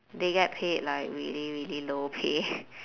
they get paid like really really low pay